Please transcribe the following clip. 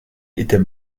était